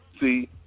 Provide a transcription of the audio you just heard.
see